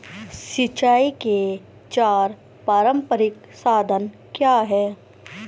सिंचाई के चार पारंपरिक साधन क्या हैं?